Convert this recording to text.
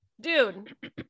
dude